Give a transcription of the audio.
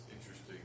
interesting